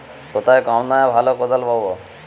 কোথায় কম দামে ভালো কোদাল পাব?